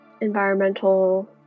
environmental